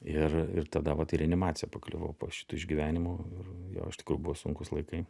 ir ir tada vat į reanimaciją pakliuvau po šitų išgyvenimų ir jo iš tikrųjų buvo sunkūs laikai